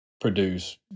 Produce